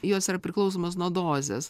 jos yra priklausomos nuo dozės